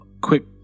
quick